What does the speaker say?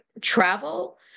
travel